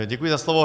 Děkuji za slovo.